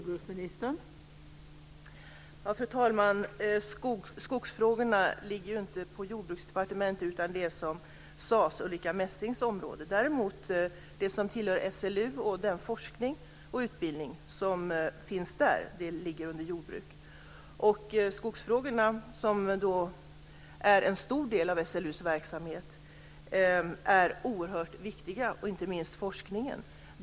Fru talman! Skogsfrågorna ligger inte på Jordbruksdepartementet utan är som sades Ulrica Messings område. Däremot ligger SLU och den forskning som finns där under Jordbruksdepartementet. Skogsfrågorna, som är en stor del av SLU:s verksamhet, är oerhört viktiga. Det gäller inte minst forskningen.